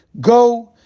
go